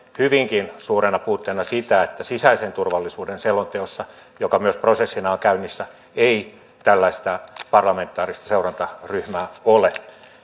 hyvinkin suurena puutteena sitä että sisäisen turvallisuuden selonteossa joka myös prosessina on käynnissä ei tällaista parlamentaarista seurantaryhmää ole